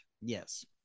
Yes